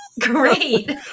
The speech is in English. Great